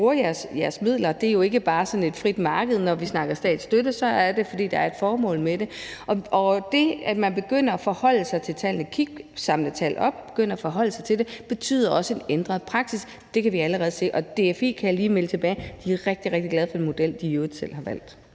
bruger jeres midler. Det er jo ikke bare sådan et frit marked, når vi snakker statsstøtte. Det er sådan, at der er et formål med det. Og det, at man begynder at forholde sig til tallene, samle tal op og begynde at forholde sig til det, betyder også en ændret praksis. Det kan vi allerede se. DFI, kan jeg lige melde tilbage, er rigtig, rigtig glade for den model, de i øvrigt selv har valgt.